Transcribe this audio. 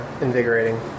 invigorating